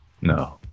No